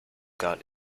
got